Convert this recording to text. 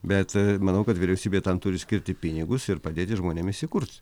bet manau kad vyriausybė tam turi skirti pinigus ir padėti žmonėm įsikurt